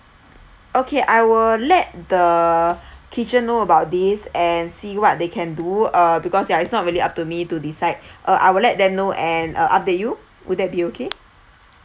okay I will let the kitchen know about this and see what they can uh because yeah is not really up to me to decide uh I'll let them know and uh update you would that be okay